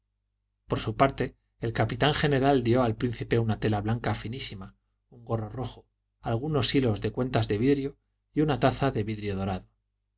por su parte el capitán general dio al príncipe una tela blanca finísima un gorro rojo algunos hilos de cuentas de vidrio y una taza de vidrio dorado